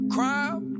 Crime